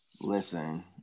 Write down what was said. Listen